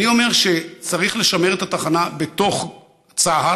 אני אומר שצריך לשמר את התחנה בתוך צה"ל,